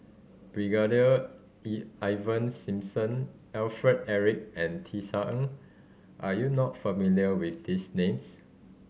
Brigadier Ivan Simson Alfred Eric and Tisa Ng are you not familiar with these names